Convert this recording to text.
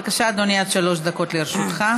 בבקשה, אדוני, עד שלוש דקות לרשותך.